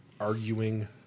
arguing